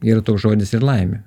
yra žodis ir laimė